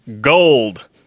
Gold